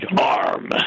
arm